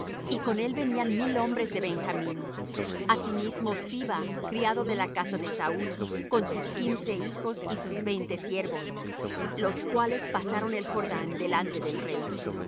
y con él venían mil hombres de benjamín asimismo siba criado de la casa de saúl con sus quince hijos y sus veinte siervos los cuales pasaron el jordán delante del rey